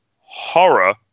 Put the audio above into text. horror